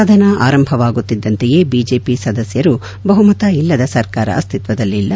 ಸದನ ಆರಂಭವಾಗುತ್ತಿದ್ದಂತೆಯೇ ಬಿಜೆಪಿ ಸದಸ್ಯರು ಬಹುಮತ ಇಲ್ಲದ ಸರ್ಕಾರ ಅಸ್ತಿತ್ವದಲ್ಲಿ ಇಲ್ಲ